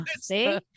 see